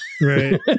Right